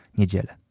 niedzielę